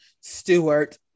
Stewart